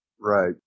Right